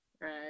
Right